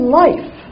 life